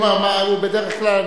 בדרך כלל,